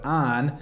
on